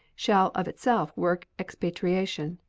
shall of itself work expatriation.